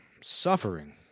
Suffering